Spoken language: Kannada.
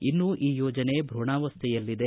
ಇನ್ನೂ ಈ ಯೋಜನೆ ಭೂಣಾವಸ್ಥೆಯಲ್ಲಿದೆ